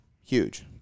huge